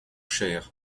cher